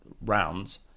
rounds